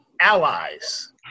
allies